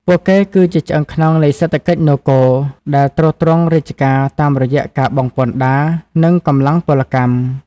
ពួកគេគឺជាឆ្អឹងខ្នងនៃសេដ្ឋកិច្ចនគរ ដែលទ្រទ្រង់រាជការតាមរយៈការបង់ពន្ធដារ និងកម្លាំងពលកម្ម។